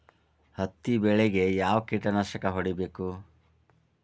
ಹತ್ತಿ ಬೆಳೇಗ್ ಯಾವ್ ಕೇಟನಾಶಕ ಹೋಡಿಬೇಕು?